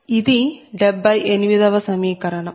ఇది 78 వ సమీకరణం